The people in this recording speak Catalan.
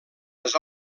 les